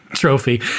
trophy